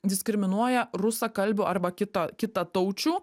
diskriminuoja rusakalbių arba kito kitataučių